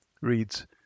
reads